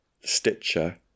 Stitcher